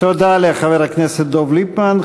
תודה לחבר הכנסת דב ליפמן.